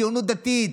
ציונות דתית,